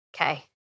okay